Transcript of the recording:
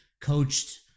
coached